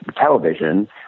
television